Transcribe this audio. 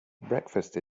breakfast